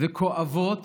וכואבות